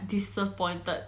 disappointed